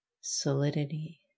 solidity